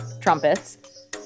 trumpets